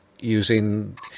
using